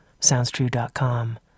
SoundsTrue.com